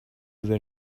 their